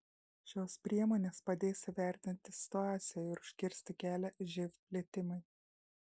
šios priemonės padės įvertinti situaciją ir užkirsti kelią živ plitimui